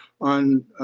on